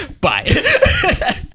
Bye